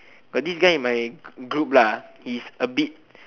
got this guy in my group lah he's a bit